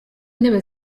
intebe